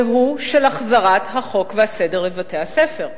והוא של החזרת החוק והסדר לבתי-הספר.